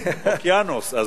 אוקיינוס.